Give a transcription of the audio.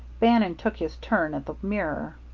bannon took his turn at the mirror.